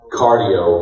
cardio